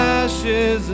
ashes